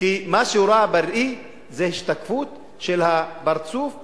כי מה שהיא רואה בראי זה השתקפות של הפרצוף המכוער,